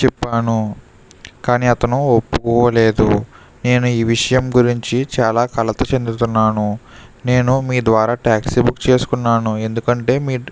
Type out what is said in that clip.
చెప్పాను కానీ అతను ఒప్పుకోలేదు నేను ఈ విషయం గురించి చాలా కలత చెందుతున్నాను నేను మీ ద్వారా టాక్సీ బుక్ చేసుకున్నాను ఎందుకంటే మీరు